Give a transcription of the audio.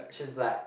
she's black